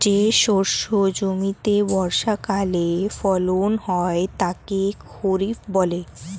যে শস্য জমিতে বর্ষাকালে ফলন হয় তাকে খরিফ বলে